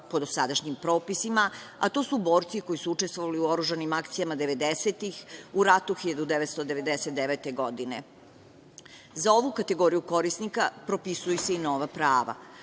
po dosadašnjim propisima, a to su borci koji su učestvovali u oružanim akcijama devedesetih, u ratu 1999. godine. Za ovu kategoriju korisnika propisuju se i nova prava.